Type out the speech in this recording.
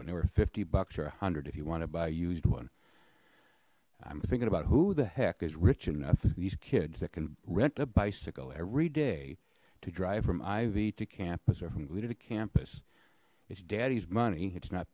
were fifty bucks or a hundred if you want to buy used one i'm thinking about who the heck is rich enough these kids that can rent a bicycle every day to drive from ivy to campus or from glee to campus it's daddy's money it's not